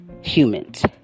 humans